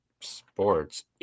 sports